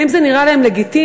האם זה נראה להם לגיטימי,